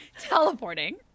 Teleporting